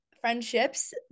friendships